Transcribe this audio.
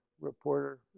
reporter